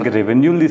revenue